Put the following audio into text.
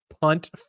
punt